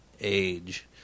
age